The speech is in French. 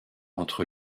entre